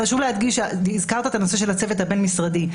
חשוב להדגיש, והזכרת את הצוות הבין-משרדי.